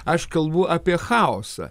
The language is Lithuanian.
aš kalbu apie chaosą